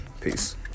Peace